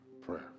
prayer